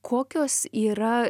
kokios yra